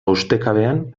ustekabean